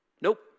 nope